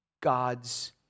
God's